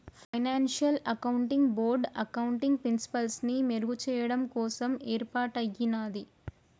financial accounting board accounting ప్రిన్సిపల్స్ని మెరుగుచెయ్యడం కోసం యేర్పాటయ్యినాది